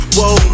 Whoa